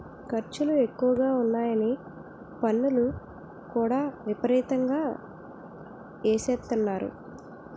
ఖర్చులు ఎక్కువగా ఉన్నాయని పన్నులు కూడా విపరీతంగా ఎసేత్తన్నారు